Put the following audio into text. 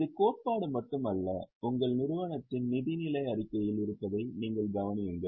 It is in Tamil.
இது கோட்பாடு மட்டுமல்ல உங்கள் நிறுவனத்தின் நிதிநிலை அறிக்கையில் இருப்பதை நீங்கள் கவனியுங்கள்